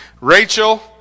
Rachel